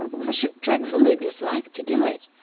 i should dreadfully dislike to do it,